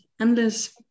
endless